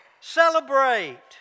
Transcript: celebrate